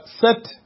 set